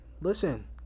listen